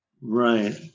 Right